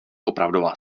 opravdová